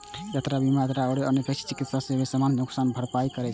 यात्रा बीमा यात्रा व्यय, अनपेक्षित चिकित्सा व्यय, सामान नुकसानक भरपाई करै छै